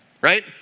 right